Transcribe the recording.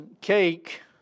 cake